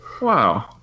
Wow